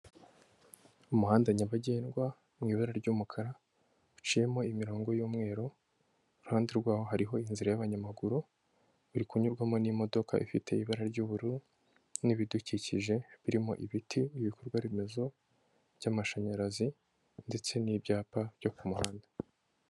Umuhanda nyabagendwa mu ibara ry'umukara uciyemo imirongo y'umweru, iruhande rwaho hariho inzira y'abanyamaguru, uri kunyurwamo n'imodoka ifite ibara ry'ubururu n'ibidukikije birimo ibiti, ibikorwaremezo by'amashanyarazi, ndetse n'ibyapa byo ku muhanda.